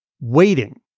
waiting